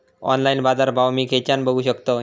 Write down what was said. Online बाजारभाव मी खेच्यान बघू शकतय?